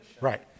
Right